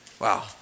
Wow